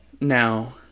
Now